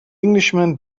englishman